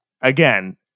again